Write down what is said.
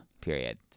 Period